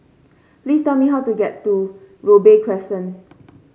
please tell me how to get to Robey Crescent